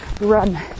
run